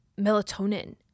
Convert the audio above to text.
melatonin